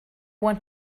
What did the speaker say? want